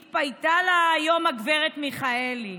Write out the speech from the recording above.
התפייטה לה היום הגב' מיכאלי.